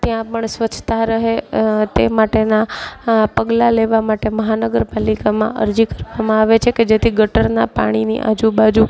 ત્યાં પણ સ્વચ્છતા રહે તે માટેના પગલાં લેવા માટે મહાનગરપાલિકામાં અરજી કરવામાં આવે છે કે જેથી ગટરના પાણીની આજુ બાજુ